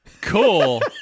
Cool